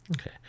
Okay